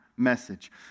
message